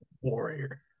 Warrior